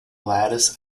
lattice